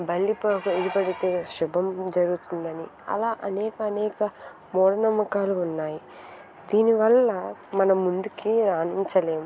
బల్లి పడితే శుభం జరుగుతుందని అలా అనేకానేక మూఢనమ్మకాలు ఉన్నాయి దీని వల్ల మనం ముందుకి రాణించలేము